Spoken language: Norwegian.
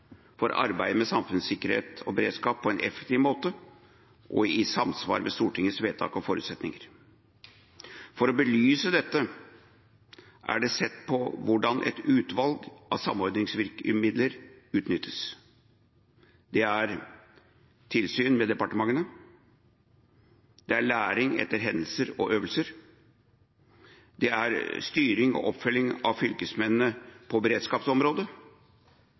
for arbeidet med samfunnssikkerhet og beredskap på en effektiv måte og i samsvar med Stortingets vedtak og forutsetninger. For å belyse dette er det sett på hvordan et utvalg av samordningsvirkemidler utnyttes. Det er: tilsyn med departementene læring etter hendelser og øvelser styring og oppfølging av fylkesmennene på beredskapsområdet